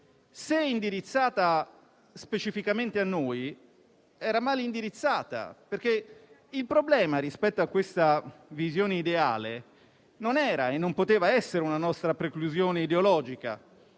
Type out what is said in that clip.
se rivolta specificamente a noi, era male indirizzata. Il problema rispetto a questa visione ideale, infatti, non era e non poteva essere una nostra preclusione ideologica,